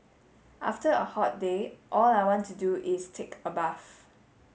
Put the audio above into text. after a hot day all I want to do is take a bath